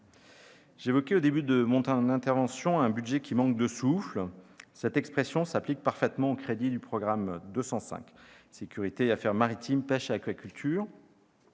J'évoquais, au début de mon intervention, un budget qui manque de souffle. Cette expression s'applique parfaitement aux crédits du programme 205 « Sécurité et affaires maritimes, pêche et aquaculture